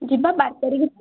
ଯିବା ବାର ତାରିଖ